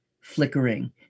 flickering